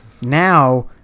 now